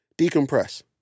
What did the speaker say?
decompress